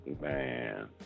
man